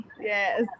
Yes